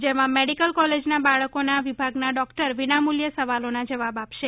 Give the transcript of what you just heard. જેમાં મેડીકલ કોલેજના બાળકોના વિભાગના ડૉકટર વિનામૂલ્યે સવાલોના જવાબ આપશે